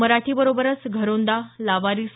मराठी बरोबरच घरोंदा लावारिस